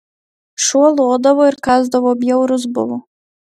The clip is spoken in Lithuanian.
šuo lodavo ir kąsdavo bjaurus buvo